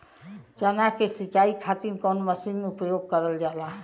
चना के सिंचाई खाती कवन मसीन उपयोग करल जाला?